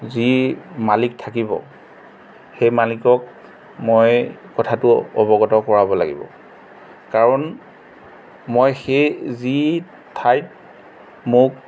যি মালিক থাকিব সেই মালিকক মই কথাটো অৱগত কৰাব লাগিব কাৰণ মই সেই যি ঠাইত মোক